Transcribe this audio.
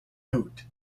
out